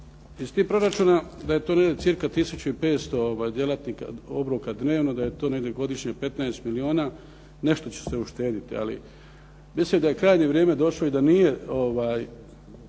Iz tih proračuna da je to negdje cirka 1500 djelatnika, obroka dnevno, da je to negdje godišnje 15 milijuna. Nešto će se uštediti, ali mislim da je krajnje vrijeme došlo i da nije